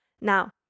Now